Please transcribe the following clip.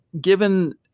given –